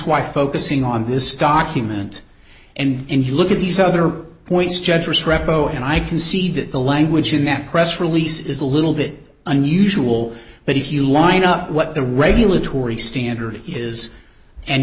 why focusing on this document and you look at these other points judge restrepo and i can see that the language in that press release is a little bit unusual but if you line up what the regulatory standard is and